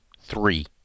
three